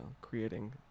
creating